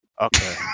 Okay